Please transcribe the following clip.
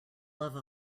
love